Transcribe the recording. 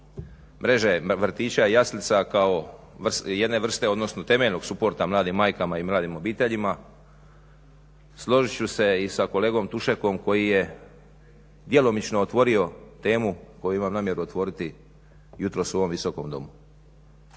mreže vrtića i jaslica kao jedne vrste, odnosno temeljnog supporta mladim majkama i mladim obiteljima. Složit ću se i sa kolegom Tušakom koji je djelomično otvorio temu koju imam namjeru otvoriti jutros u ovom Visokom domu.